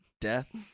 Death